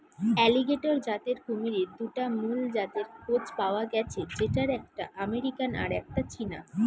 alligator জাতের কুমিরের দুটা মুল জাতের খোঁজ পায়া গ্যাছে যেটার একটা আমেরিকান আর একটা চীনা